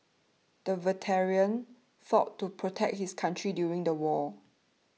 the veteran fought to protect his country during the war